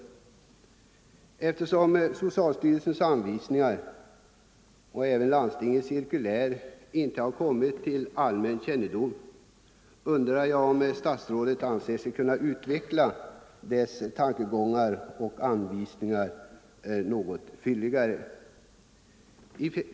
Eftersom socialstyrelsens anvisningar och Landstingsförbundets cirkulär inte kommit till allmän kännedom, undrar jag om statsrådet något ytterligare kan utveckla tankegångarna i dessa.